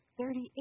thirty-eight